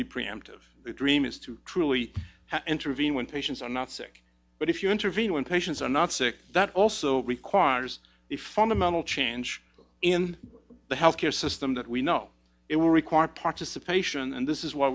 be preemptive the dream is to truly intervene when patients are not sick but if you intervene when patients are not sick that also requires a fundamental change in the health care system that we know it will require participation and this is wh